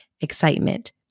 excitement